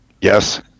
Yes